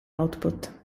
output